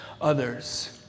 others